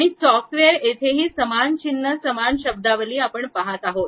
आणि सॉफ्टवेअर येथेही समान चिन्ह समान शब्दावली आपण पहात आहोत